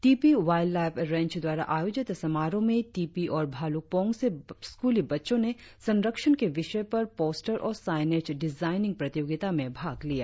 Tippi wildlife range द्वारा आयोजित समारोह में तिप्पी और भालुकपोंग से स्कूली बच्चों ने संरक्षण के विषय पर पोस्टर और साइनेज डिजाइनिंग प्रतियोगिता में भाग लिया